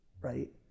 right